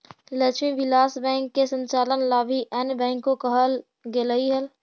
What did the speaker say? Lakshmi Vilas bank के संचालन ला भी अन्य बैंक को कहल गेलइ हल